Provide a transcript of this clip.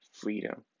freedom